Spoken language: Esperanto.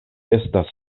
estas